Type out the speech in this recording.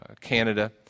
Canada